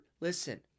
Listen